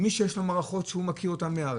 מי שיש לו מערכות שהוא מכיר מהארץ,